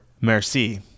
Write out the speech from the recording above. merci